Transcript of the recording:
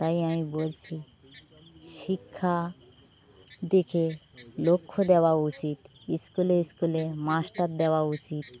তাই আমি বলছি শিক্ষার দিকে লক্ষ্য দেওয়া উচিত স্কুলে স্কুলে মাস্টার দেওয়া উচিত